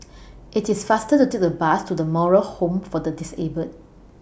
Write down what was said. IT IS faster to Take The Bus to The Moral Home For Disabled